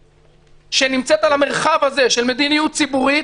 שנמצאת על המרחב הזה של מדיניות ציבורית